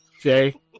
Jay